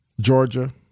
Georgia